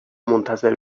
منتظر